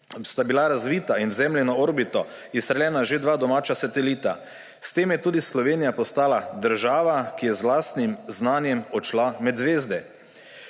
agencijo razvita in v Zemljino obrito izstreljena že dva domača satelita. S tem je tudi Slovenija postala država, ki je z lastnim znanjem odšla med zvezde.